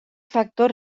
factor